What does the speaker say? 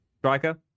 Striker